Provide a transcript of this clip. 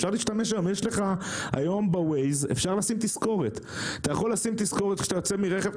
יש היום בוו'ייז אפשרות לשים תזכורת כאשר אתה יוצא מרכב,